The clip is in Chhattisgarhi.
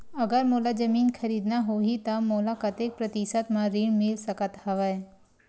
अगर मोला जमीन खरीदना होही त मोला कतेक प्रतिशत म ऋण मिल सकत हवय?